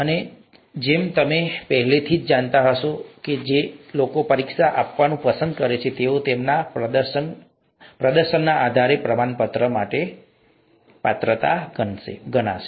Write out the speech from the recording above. અને જેમ તમે પહેલાથી જ જાણતા હશો જે લોકો પરીક્ષા આપવાનું પસંદ કરે છે તેઓ તેમના પ્રદર્શનના આધારે પ્રમાણપત્ર માટે પાત્ર છે